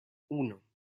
uno